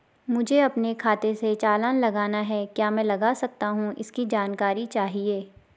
मुझे अपने खाते से चालान लगाना है क्या मैं लगा सकता हूँ इसकी जानकारी चाहिए?